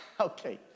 Okay